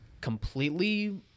completely